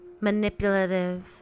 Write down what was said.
manipulative